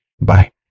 Bye